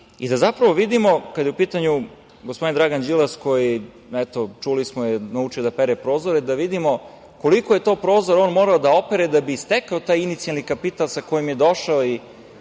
i da zapravo vidimo kada je u pitanju gospodin Dragan Đilas koji, eto čuli smo naučio je da pere prozore, da vidimo koliko je to prozora on morao da opere da bi stekao taj inicijalni kapital sa kojim je došao i